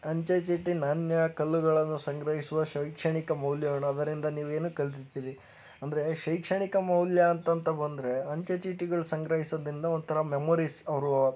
ಅಂಚೆ ಚೀಟಿ ನಾಣ್ಯ ಕಲ್ಲುಗಳನ್ನು ಸಂಗ್ರಹಿಸುವ ಶೈಕ್ಷಣಿಕ ಮೌಲ್ಯಗಳು ಅದರಿಂದ ನೀವೇನು ಕಲ್ತಿದ್ದೀರಿ ಅಂದರೆ ಶೈಕ್ಷಣಿಕ ಮೌಲ್ಯ ಅಂತಂತ ಬಂದರೆ ಅಂಚೆಚೀಟಿಗಳು ಸಂಗ್ರಹಿಸೋದ್ರಿಂದ ಒಂಥರ ಮೆಮೊರೀಸ್ ಅವರೂ